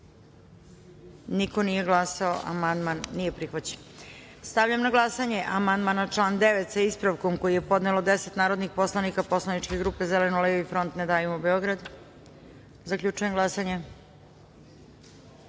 Niko nije glasao. Amandman nije prihvaćen. Stavljam na glasanje amandman na član 9. sa ispravkom koji je podelo 10 narodnih poslanika Poslaničke grupe Zeleno-levi front – Ne davimo Beograd. Zaključujem glasanje: